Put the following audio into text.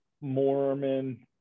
Mormon